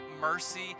mercy